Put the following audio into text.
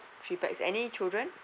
three pax any children